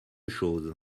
chose